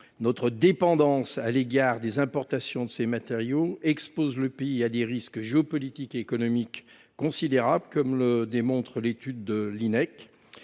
Notre dépendance aux importations de ces matériaux expose le pays à des risques géopolitiques et économiques considérables, comme le démontre une étude de